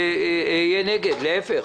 יותר, להיפך.